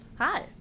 Hi